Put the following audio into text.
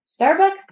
Starbucks